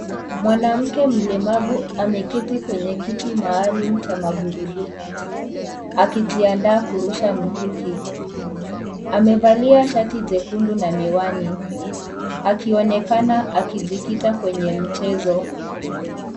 Mwanamke mlemavu ameketi kwenye kiti maalum cha magurudumu akijiandaa kurusha mikuki amevalia shati jekundu na miwani akionekana akijikita kwenye mchezo .